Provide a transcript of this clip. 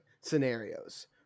Scenarios